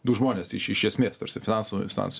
du žmones iš iš esmės ta prasme finansų finansų